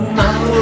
now